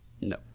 no